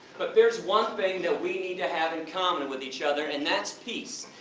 but there is one thing that we need to have in common with each other, and that's peace!